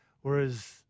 whereas